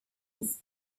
was